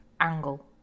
angle